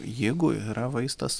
jeigu yra vaistas